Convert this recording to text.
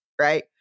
right